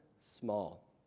small